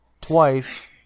twice